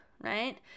right